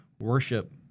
worship